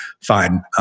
Fine